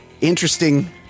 interesting